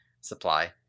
supply